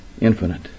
infinite